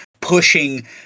pushing